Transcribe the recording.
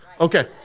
Okay